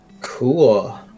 Cool